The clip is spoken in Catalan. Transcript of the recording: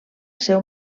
seu